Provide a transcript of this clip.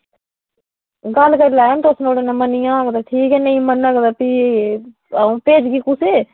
गल्ल करी लैओ तुस मन्नी जाग ते ठीक ऐ नेईं मन्नग ते फ्ही अ'ऊं भेजगी कुसै